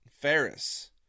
Ferris